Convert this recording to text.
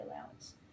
allowance